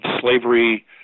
slavery